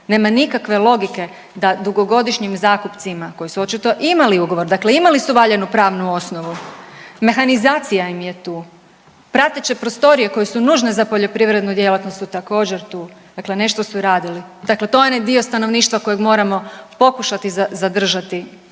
Nema nikakve logike da dugogodišnjim zakupcima koji su očito imali ugovor, dakle imali su valjanu pravnu osnovu. Mehanizacija im je tu, prateće prostorije koje su nužne za poljoprivrednu djelatnost su također tu. Dakle, nešto su radili. Dakle, to je onaj dio stanovništva kojeg moramo pokušati zadržati